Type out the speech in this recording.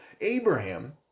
Abraham